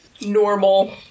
normal